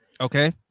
Okay